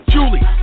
Julie